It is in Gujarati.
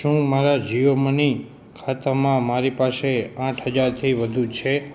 શું મારા જીઓ મની ખાતામાં મારી પાસે આઠ હજારથી વધુ છે